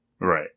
Right